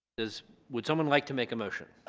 is would someone like to make a motion